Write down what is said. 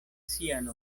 sian